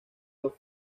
los